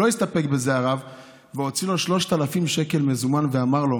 לא הסתפק בזה הרב והוציא לו 3,000 שקל במזומן ואמר לו: